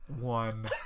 one